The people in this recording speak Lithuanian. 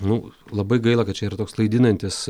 nu labai gaila kad čia yra toks klaidinantis